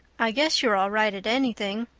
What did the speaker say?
i guess you're all right at anything.